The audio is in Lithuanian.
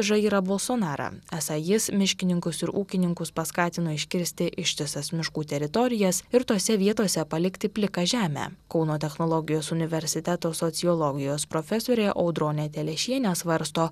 žairą bolsonarą esą jis miškininkus ir ūkininkus paskatino iškirsti ištisas miškų teritorijas ir tose vietose palikti pliką žemę kauno technologijos universiteto sociologijos profesorė audronė telešienė svarsto